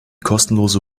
kostenlose